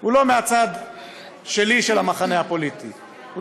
הוא לא מהצד של המחנה הפוליטי שלי,